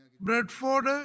Bradford